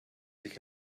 sich